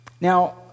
Now